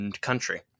country